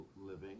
living